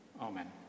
Amen